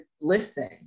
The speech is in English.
listen